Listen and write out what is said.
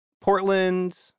Portland